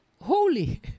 holy